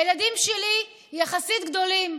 הילדים שלי יחסית גדולים,